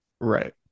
Right